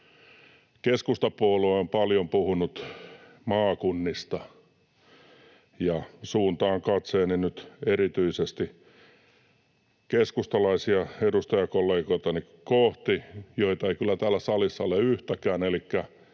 Keskustapuolue on paljon puhunut maakunnista, ja suuntaan katseeni nyt erityisesti keskustalaisia edustajakollegoitani kohti — joita ei kyllä täällä salissa ole yhtäkään,